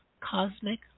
cosmic